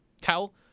tell